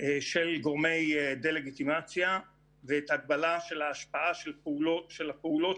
של גורמי דה לגיטימציה ואת ההגבלה של השפעה של הפעולות